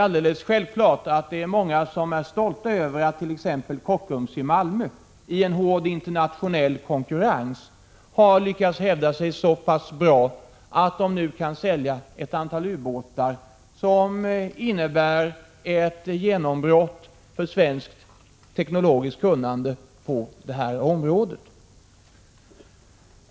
Många är naturligtvis stolta över att Kockums i Malmö i hård internationell konkurrens har lyckats hävda sig så bra att varvet nu kan sälja ett antal u-båtar, vilket innebär ett genombrott för svenskt teknologiskt kunnande på detta område.